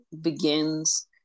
begins